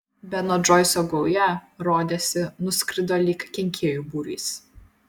beno džoiso gauja rodėsi nuskrido lyg kenkėjų būrys